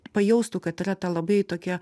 pajaustų kad yra ta labai tokia